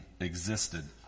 existed